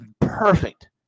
perfect